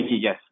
yes